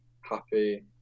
happy